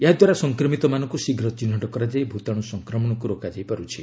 ଏହାଦ୍ୱାରା ସଂକ୍ରମିତମାନଙ୍କୁ ଶୀଘ୍ର ଚିହ୍ନଟ କରାଯାଇ ଭ୍ରତାଣୁ ସଂକ୍ରମଣକୁ ରୋକାଯାଇ ପାରୁଛି